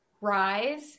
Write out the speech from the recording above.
rise